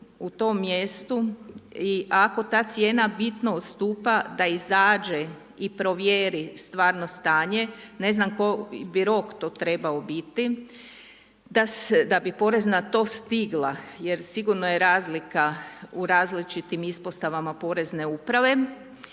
u tom mjestu i ako ta cijena bitno odstupa, da izađe i provjeri stvarno stanje. Ne znam koji bi rok to trebao biti, da bi Porezna to stigla jer sigurno je razlika u različitim ispostavama porezne uprave,